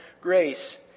grace